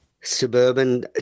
Suburban